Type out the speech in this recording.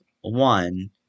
one